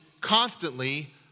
constantly